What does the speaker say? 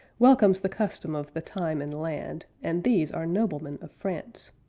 welcome's the custom of the time and land and these are noblemen of france!